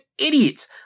idiots